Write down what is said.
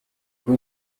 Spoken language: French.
rue